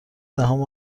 دهم